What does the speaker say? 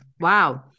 Wow